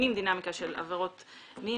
מבינים דינמיקה של עבירות מין.